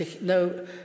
no